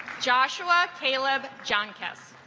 joshua caleb john kiss